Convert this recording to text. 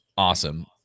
Awesome